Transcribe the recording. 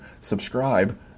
subscribe